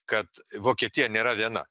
kad vokietija nėra viena